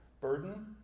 Burden